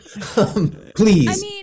Please